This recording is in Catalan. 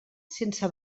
sense